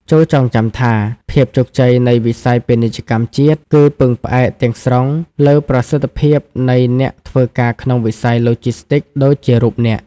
ចូរចងចាំថា ភាពជោគជ័យនៃវិស័យពាណិជ្ជកម្មជាតិ គឺពឹងផ្អែកទាំងស្រុងលើប្រសិទ្ធភាពនៃអ្នកធ្វើការក្នុងវិស័យឡូជីស្ទីកដូចជារូបអ្នក។